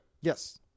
Yes